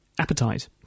appetite